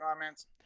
comments